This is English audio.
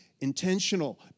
intentional